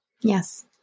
Yes